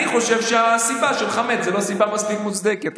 אני חושב שהסיבה של חמץ היא לא סיבה מספיק מוצדקת.